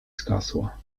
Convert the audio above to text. zgasła